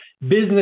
business